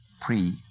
pre